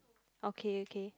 okay okay